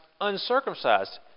uncircumcised